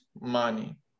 money